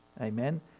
Amen